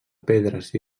pedres